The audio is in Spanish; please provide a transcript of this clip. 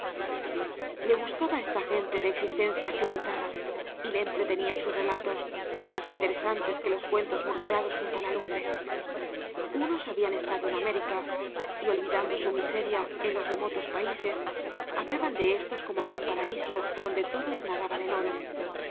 le gustaba esta gente de existencia accidentada y le entretenían sus relatos más interesantes que los cuentos murmurados junto á la lumbre unos habían estado en américa y olvidando bu miseria en los remotos países hablaban de éstos como de un paraíso donde todos nadaban en oro